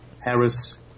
Harris